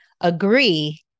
agree